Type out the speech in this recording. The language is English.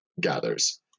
gathers